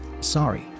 Sorry